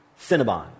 Cinnabon